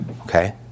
okay